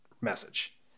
message